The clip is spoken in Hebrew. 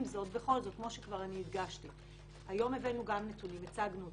אבל עם זאת הבאנו היום נתונים והצגנו אותם.